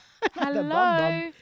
Hello